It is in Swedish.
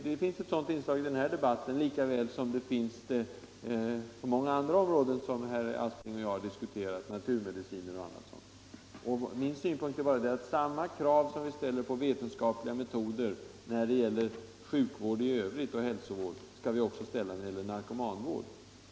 Det finns ett sådant inslag i den här debatten, lika väl som inom andra områden som herr Aspling och jag har diskuterat, t.ex. i fråga om des.k. naturmedicinerna. Samma krav, som vi ställer på vetenskapliga metoder inom sjukvården och hälsovården i övrigt, skall vi ställa när det gäller narkomanvård.